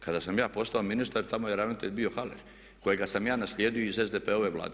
Kada sam ja postao ministar tamo je ravnatelj bio Haller kojega sam ja naslijedio iz SDP-ove Vlade.